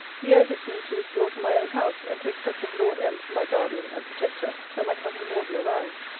he urges me to withdraw to my own house, and to accept of lord m. for my guardian and protector till my cousin morden arrives.